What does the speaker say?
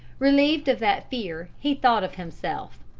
relieved of that fear, he thought of himself.